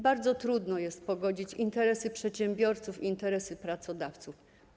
Bardzo trudno jest pogodzić interesy przedsiębiorców i interesy pracodawców.